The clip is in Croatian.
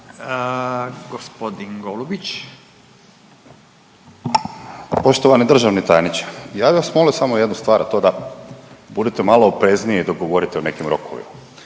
Tomislav (SDP)** Poštovani državni tajniče ja bih molio samo jednu star, a to je da budete malo oprezniji dok govorite o nekim rokovima.